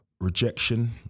rejection